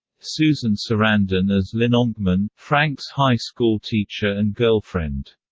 susan sarandon as lynn onkman, frank's high school teacher and girlfriend.